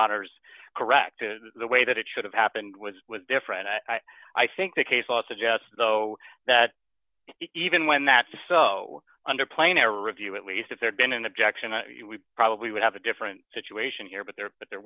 honour's correct to the way that it should have happened was with different i think the case law suggest though that even when that's under plan a review at least if there'd been an objection i probably would have a different situation here but there but there